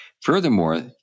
Furthermore